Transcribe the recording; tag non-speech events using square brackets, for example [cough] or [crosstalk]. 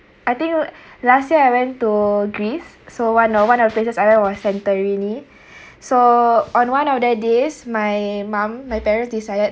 I think last year I went to greece so one of one of the places I went was santorini [breath] so on one of the days my mum my parents decided